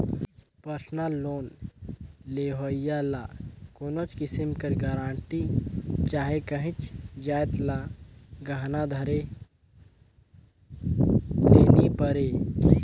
personal loan लेहोइया ल कोनोच किसिम कर गरंटी चहे काहींच जाएत ल गहना धरे ले नी परे